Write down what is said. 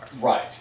Right